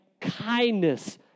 Kindness